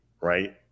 right